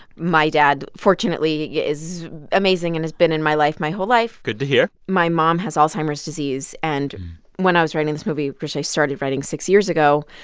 my dad, fortunately, is amazing and has been in my life my whole life good to hear my mom has alzheimer's disease. and when i was writing this movie, which i started writing six years ago,